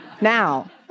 now